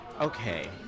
okay